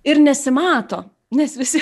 ir nesimato nes visi